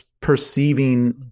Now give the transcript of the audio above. perceiving